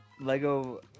Lego